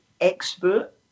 expert